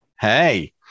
Hey